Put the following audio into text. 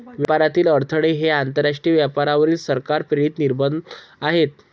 व्यापारातील अडथळे हे आंतरराष्ट्रीय व्यापारावरील सरकार प्रेरित निर्बंध आहेत